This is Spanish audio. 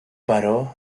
paró